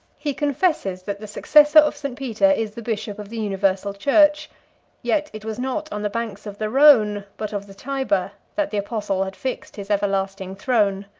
he confesses that the successor of st. peter is the bishop of the universal church yet it was not on the banks of the rhone, but of the tyber, that the apostle had fixed his everlasting throne